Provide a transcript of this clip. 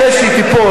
אחרי שהיא תיפול,